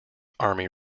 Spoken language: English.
army